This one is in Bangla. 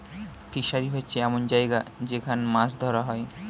ফিশারি হচ্ছে এমন জায়গা যেখান মাছ ধরা হয়